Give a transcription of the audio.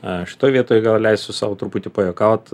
aš šitoj vietoj gal leisiu sau truputį pajuokaut